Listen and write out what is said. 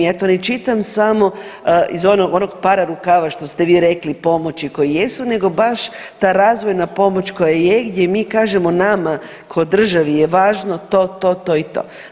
Ja to ne čitam samo iz onog pararukava što ste vi rekli pomoći koje jesu nego baš ta razvojna pomoć koja je gdje mi kažemo nama ko državi je važno to, to, to i to.